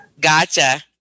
gotcha